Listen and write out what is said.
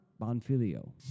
Bonfilio